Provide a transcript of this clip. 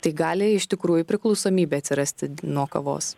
tai gali iš tikrųjų priklausomybė atsirasti nuo kavos